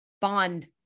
bond